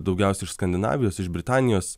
daugiausia iš skandinavijos iš britanijos